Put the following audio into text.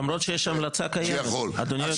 למרות שיש המלצה קיימת, אדוני יושב הראש.